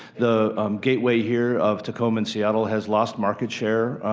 the gateway here of tacoma and seattle has lost market share,